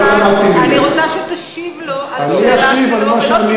אני רוצה שתשיב לו על השאלה שלו ולא תתנשא עליו.